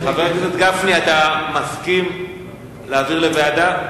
חבר הכנסת גפני, אתה מסכים להעביר לוועדה?